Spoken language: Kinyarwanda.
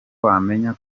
wamenya